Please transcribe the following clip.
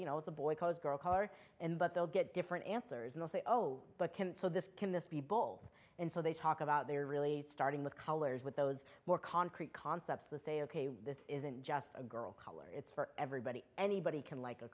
you know it's a boy cause girl color and but they'll get different answers and they say oh but can so this can this be bold and so they talk about they are really starting with colors with those more concrete concepts to say ok this isn't just a girl color it's for everybody anybody can like a